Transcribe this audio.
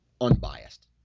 unbiased